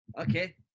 Okay